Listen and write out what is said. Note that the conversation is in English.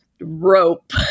rope